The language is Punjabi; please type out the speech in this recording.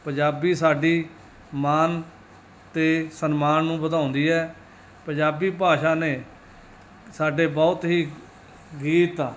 ਪੰਜਾਬੀ ਸਾਡੀ ਮਾਣ ਅਤੇ ਸਨਮਾਨ ਨੂੰ ਵਧਾਉਂਦੀ ਹੈ ਪੰਜਾਬੀ ਭਾਸ਼ਾ ਨੇ ਸਾਡੇ ਬਹੁਤ ਹੀ ਗੀਤ